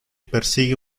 persigue